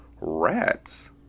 rats